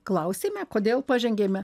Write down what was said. klausime kodėl pažengėme